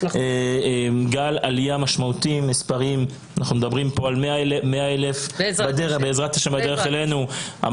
גל עלייה משמעותי עם מספרים של 100,000 בדרך אלינו.